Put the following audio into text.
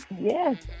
Yes